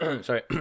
sorry